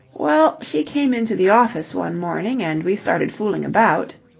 well, she came into the office one morning, and we started fooling about.